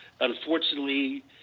unfortunately